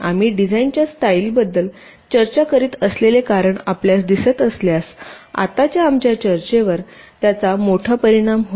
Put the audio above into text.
आम्ही डिझाइनच्या स्टाईलबद्दल चर्चा करीत असलेले कारण आपल्यास दिसत असल्यास आताच्या आमच्या चर्चेवर त्याचा मोठा परिणाम होईल